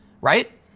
right